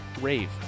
rave